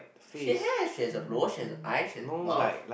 she has she has a nose she has a eye she has a mouth